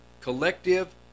collective